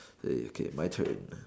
eh okay my turn